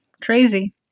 crazy